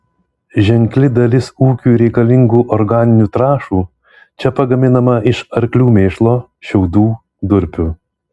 ženkli dalis ūkiui reikalingų organinių trąšų čia pagaminama iš arklių mėšlo šiaudų durpių